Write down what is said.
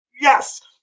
Yes